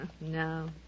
No